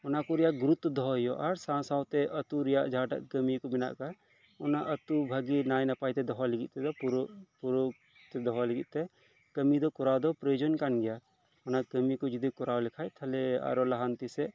ᱚᱱᱟ ᱠᱚ ᱨᱮᱭᱟᱜ ᱜᱩᱨᱩᱛᱛᱚ ᱫᱚᱦᱚ ᱦᱳᱭᱳᱜᱼᱟ ᱟᱨ ᱥᱟᱶ ᱥᱟᱶᱛᱮ ᱟᱛᱩ ᱨᱮᱭᱟᱜ ᱡᱟᱦᱟᱸᱴᱟᱜ ᱠᱟᱢᱤ ᱠᱚ ᱢᱮᱱᱟᱜ ᱟᱠᱟᱫ ᱚᱱᱟ ᱟᱛᱩ ᱵᱷᱟᱜᱮ ᱱᱟᱭ ᱱᱟᱯᱟᱭ ᱛᱮ ᱫᱚᱦᱚᱭ ᱞᱟᱜᱤᱫ ᱛᱮᱫᱚ ᱯᱩᱨᱟᱹ ᱯᱩᱨᱟᱹᱣ ᱛᱮ ᱫᱚᱦᱚᱭ ᱞᱟᱜᱤᱫ ᱛᱮ ᱠᱟᱢᱤ ᱫᱚ ᱠᱚᱨᱟᱣ ᱫᱚ ᱯᱨᱚᱭᱳᱡᱚᱱ ᱠᱟᱱ ᱜᱮᱭᱟ ᱚᱱᱟ ᱠᱟᱢᱤ ᱠᱚ ᱡᱩᱫᱤ ᱠᱚᱨᱟᱣ ᱞᱮᱠᱷᱟᱱ ᱛᱟᱦᱞᱮ ᱟᱨᱦᱚ ᱞᱟᱦᱟᱱᱛᱤ ᱥᱮᱫ